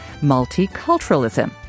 multiculturalism